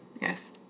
Yes